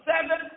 seven